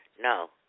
No